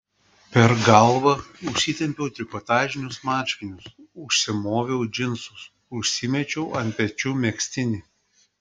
per galvą užsitempiau trikotažinius marškinius užsimoviau džinsus užsimečiau ant pečių megztinį